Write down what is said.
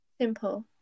Simple